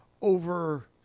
over